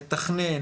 לתכנן,